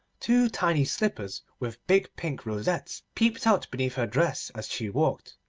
two tiny slippers with big pink rosettes peeped out beneath her dress as she walked.